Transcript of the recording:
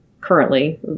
currently